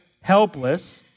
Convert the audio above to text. helpless